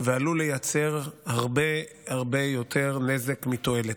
ועלול לייצר הרבה הרבה יותר נזק מתועלת.